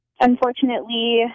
Unfortunately